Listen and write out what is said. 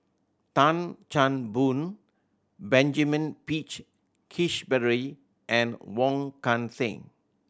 Tan Chan Boon Benjamin Peach Keasberry and Wong Kan Seng